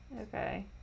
okay